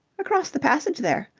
across the passage there,